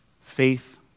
Faith